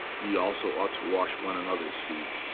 ye also ought to wash one another's feet.